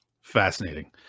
Fascinating